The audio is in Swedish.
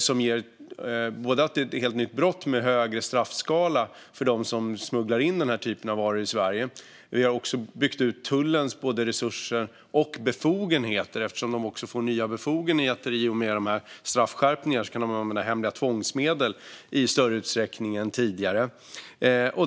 Det är ett helt nytt brott med en högre straffskala för dem som smugglar in den här typen av varor i Sverige. Vi har också byggt ut tullens resurser och befogenheter. Den får nya befogenheter i och med straffskärpningarna och kan använda hemliga tvångsmedel i större utsträckning än tidigare.